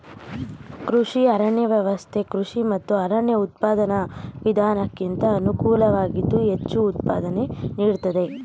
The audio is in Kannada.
ಕೃಷಿ ಅರಣ್ಯ ವ್ಯವಸ್ಥೆ ಕೃಷಿ ಮತ್ತು ಅರಣ್ಯ ಉತ್ಪಾದನಾ ವಿಧಾನಕ್ಕಿಂತ ಅನುಕೂಲವಾಗಿದ್ದು ಹೆಚ್ಚು ಉತ್ಪಾದನೆ ನೀಡ್ತದೆ